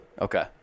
Okay